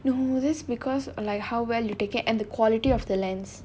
no this because like how well you take it and the quality of the lens